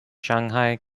shanghai